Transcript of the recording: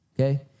okay